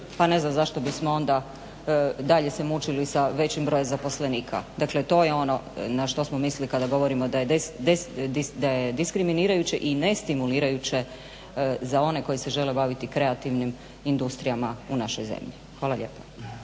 pa ne znam zašto bismo onda dalje se mučili sa većim brojem zaposlenika. Dakle, to je ono na što smo mislili kada govorimo da je diskriminirajuće i destimulirajuće za one koji se žele baviti kreativnim industrijama u našoj zemlji. Hvala lijepa.